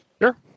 Sure